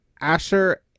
asher